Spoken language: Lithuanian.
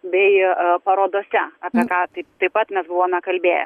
bei parodose apie ką tai taip pat mes buvome kalbėję